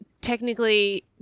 technically